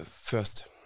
first